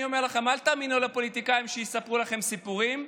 אני אומר לכם: אל תאמינו לפוליטיקאים שיספרו לכם סיפורים,